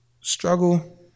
Struggle